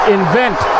invent